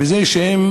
בזה שהם